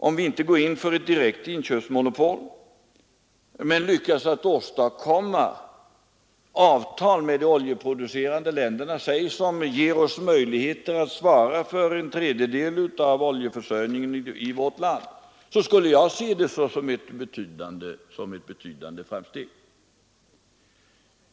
Om vi inte går in för ett direkt inköpsmonopol men lyckas att åstadkomma avtal med de oljeproducerande länderna som t.ex. ger oss möjligheter att svara för en tredjedel av oljeförsörjningen i vårt land skulle jag betrakta det som ett betydande framsteg.